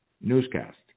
newscast